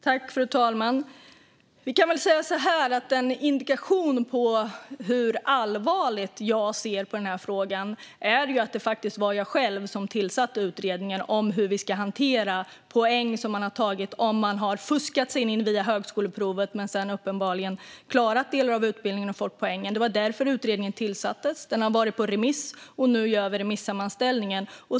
Fru talman! Vi kan väl säga så här: En indikation på hur allvarligt jag ser på den här frågan är att det var jag själv som tillsatte utredningen om hur vi ska hantera poäng som man har tagit om man har fuskat sig in via högskoleprovet men sedan uppenbarligen klarat delar av utbildningen och fått poäng. Det var därför utredningen tillsattes. Den har varit ute på remiss, och nu gör vi remissammanställningen.